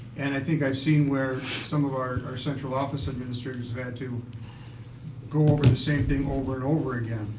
and i think i've seen where some of our our central office administrators have had to go over the same thing over and over again.